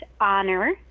honor